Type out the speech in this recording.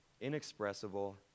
inexpressible